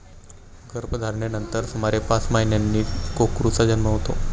गर्भधारणेनंतर सुमारे पाच महिन्यांनी कोकरूचा जन्म होतो